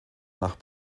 nach